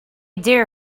dare